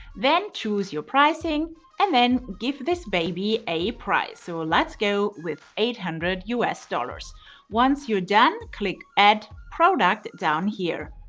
then choose your pricing and then give this baby a price. so let's go with eight hundred usd. once you're done, click add product down here.